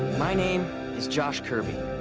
my name is josh kirby.